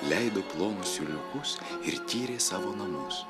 leido plonus siūliukus ir tyrė savo namus